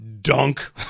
dunk